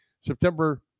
September